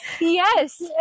Yes